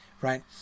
right